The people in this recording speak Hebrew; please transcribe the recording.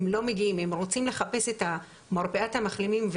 הן לא מגיעות הן רוצות לחפש את מרפאת המחלימים.